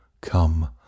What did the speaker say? come